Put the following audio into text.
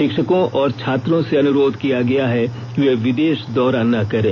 शिक्षकों और छात्रों से अनुरोध किया गया है कि वे विदेश दौरा न करें